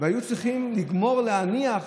והיו צריכים לגמור להניח